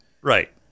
Right